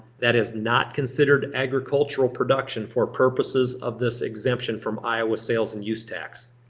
that is not considered agricultural production for purposes of this exemption from iowa sales and use tax.